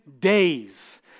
days